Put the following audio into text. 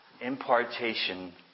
impartation